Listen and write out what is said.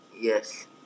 Yes